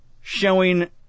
showing